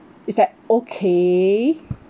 it's like okay